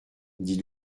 dit